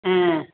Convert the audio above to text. ம்